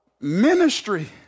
ministry